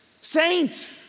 Saint